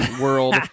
world